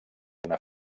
una